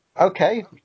Okay